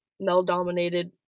male-dominated